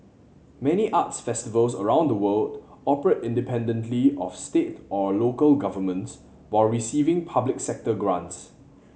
many arts festivals around the world operate independently of state or local governments while receiving public sector grants